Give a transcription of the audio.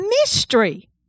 mystery